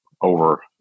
over